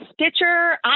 Stitcher